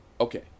Okay